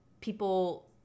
people